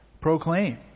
proclaim